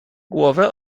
głowę